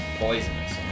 Poisonous